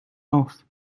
off